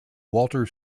walter